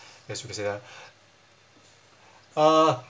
guess you could say that uh